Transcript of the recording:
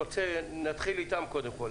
אז נתחיל איתם קודם כל.